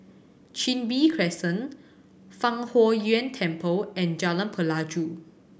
Chin Bee Crescent Fang Huo Yuan Temple and Jalan Pelajau